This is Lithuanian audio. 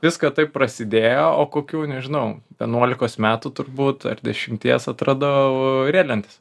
viską taip prasidėjo o kokių nežinau vienuolikos metų turbūt ar dešimties atradau riedlentes